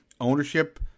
ownership